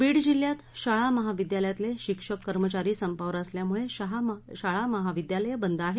बीड जिल्ह्यात शाळा महाविद्यालयातले शिक्षक कर्मचारी संपावर असल्यामुळे शाळा महाविद्यालय बंद आहेत